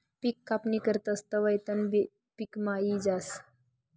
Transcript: पिक कापणी करतस तवंय तणबी पिकमा यी जास